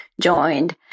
joined